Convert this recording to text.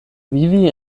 vivi